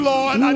Lord